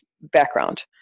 background